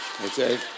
Okay